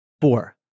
four